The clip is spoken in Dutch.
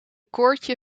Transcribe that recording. koordje